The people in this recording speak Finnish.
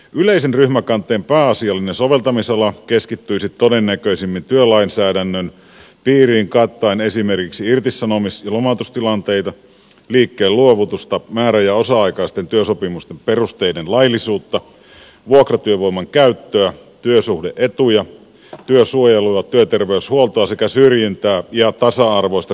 yleisen ryhmäkanteen pääasiallinen soveltamisala keskittyisi todennäköisimmin työlainsäädännön piiriin kattaen esimerkiksi irtisanomis ja lomautustilanteita liikkeen luovutusta määrä ja osa aikaisten työsopimusten perusteiden laillisuutta vuokratyövoiman käyttöä työsuhde etuja työsuojelua työterveyshuoltoa sekä syrjintää ja tasa arvoista kohtelua työelämässä